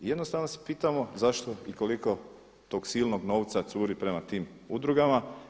I jednostavno se pitamo zašto i koliko tog silnog novca curi prema tim udrugama.